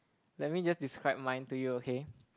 let me just describe mine to you okay